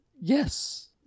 Yes